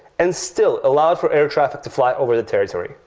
and still allowed for air traffic to fly over the territory.